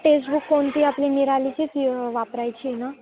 textbook कोणती आपली निरालीचीच वापरायची आहे ना